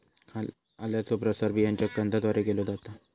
आल्याचो प्रसार बियांच्या कंदाद्वारे केलो जाता